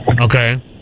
Okay